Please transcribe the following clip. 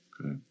Okay